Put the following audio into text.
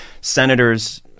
senators